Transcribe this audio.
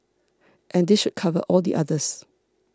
and this should cover all the others